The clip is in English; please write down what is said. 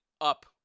up